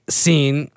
scene